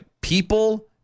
People